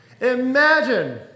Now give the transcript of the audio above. Imagine